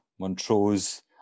Montrose